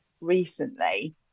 recently